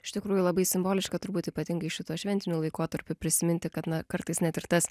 iš tikrųjų labai simboliška turbūt ypatingai šito šventiniu laikotarpiu prisiminti kad na kartais net ir tas